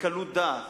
בקלות דעת,